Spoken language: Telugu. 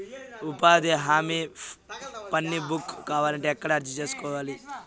ఉపాధి హామీ పని బుక్ కావాలంటే ఎక్కడ అర్జీ సేసుకోవాలి?